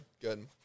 good